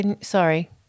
sorry